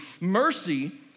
Mercy